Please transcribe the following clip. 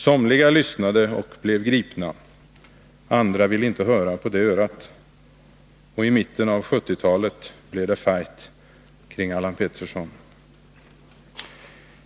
Somliga lyssnade och blev gripna, andra ville inte höra på det örat, och i mitten av 70-talet blev det fight kring Allan Pettersson.